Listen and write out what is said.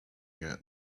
get